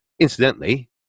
Incidentally